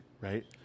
right